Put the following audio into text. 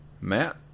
Matt